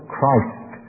Christ